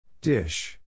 Dish